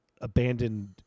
abandoned